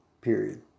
Period